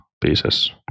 pieces